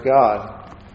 God